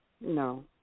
No